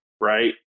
right